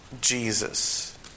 Jesus